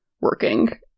working